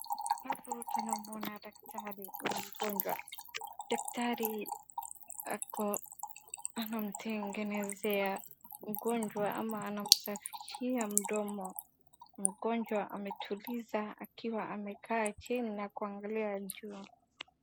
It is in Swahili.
Hapa tunaona daktari na mgonjwa. Daktari ako anamtengenezea mgonjwa ama anamsafishia mdomo. Mgonjwa ametuliza akiwa amekaa chini na kuangalia juu.